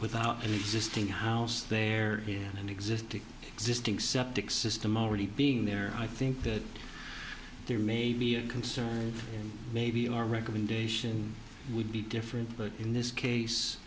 without an existing house there is an existing existing septic system already being there i think that there may be a concern maybe our recommendation would be different but in this case